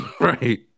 right